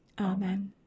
Amen